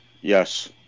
Yes